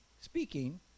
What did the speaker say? speaking